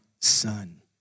son